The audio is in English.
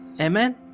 Amen